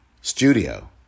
studio